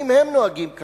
האם הם נוהגים כשורה?